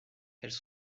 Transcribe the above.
elles